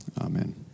amen